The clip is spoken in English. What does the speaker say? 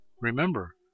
Remember